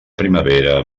primavera